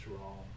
wrong